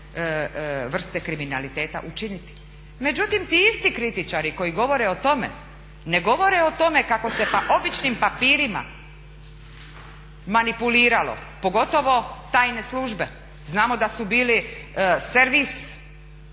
vrste kriminaliteta učiniti. Međutim ti isti kritičari koji govore o tome ne govore o tome kako se običnim papirima manipuliralo pogotovo tajne službe. Znamo da su bili servis,